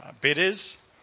bidders